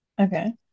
Okay